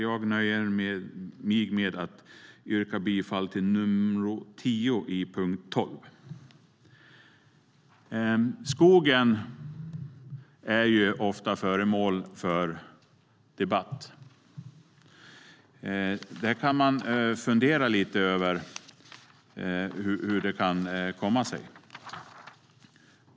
Jag nöjer mig med att yrka bifall till nr 10, under punkt 12.Skogen är ofta föremål för debatt. Man kan fundera lite över hur det kan komma sig.